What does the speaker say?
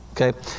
okay